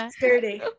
dirty